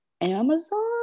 Amazon